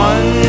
One